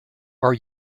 are